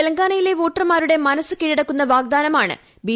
തെലങ്കാനയിലെ വോട്ടർമാരുടെ മനസ് കീഴടക്കുന്ന വാഗ്ദാനമാണ് ബി